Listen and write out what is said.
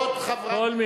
כל מה